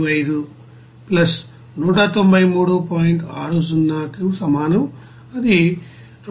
60 కు సమానం అది 372